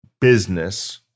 business